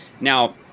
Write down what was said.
Now